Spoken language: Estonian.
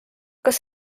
kas